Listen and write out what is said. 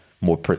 more